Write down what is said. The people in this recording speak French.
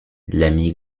l’ami